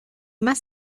más